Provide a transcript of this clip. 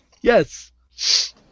Yes